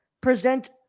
present